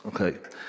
Okay